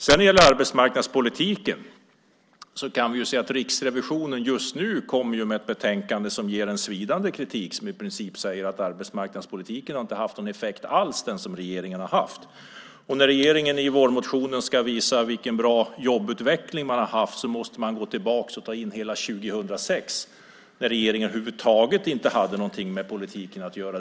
När det gäller arbetsmarknadspolitiken kan vi se att Riksrevisionen just nu kommer med ett betänkande som ger en svidande kritik, som i princip säger att regeringens arbetsmarknadspolitik inte har haft någon effekt alls. När regeringen i vårmotionen ska visa vilken bra jobbutveckling man har haft måste man gå tillbaka och ta in hela 2006, då nuvarande regering över huvud taget inte hade någonting med politiken att göra.